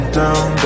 down